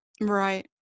right